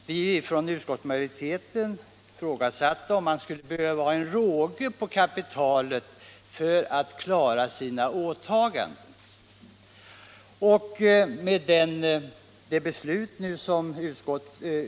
Utskottsmajoriteten ifrågasatte då om banken behövde råge på kapitalet för att kunna klara sina åtaganden.